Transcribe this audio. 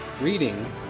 reading